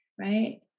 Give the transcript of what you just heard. right